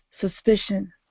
suspicion